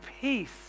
peace